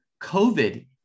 COVID